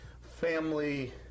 family